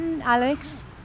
Alex